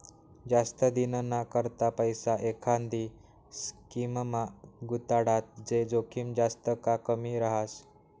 जास्त दिनना करता पैसा एखांदी स्कीममा गुताडात ते जोखीम जास्त का कमी रहास